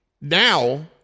Now